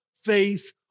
faith